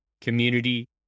Community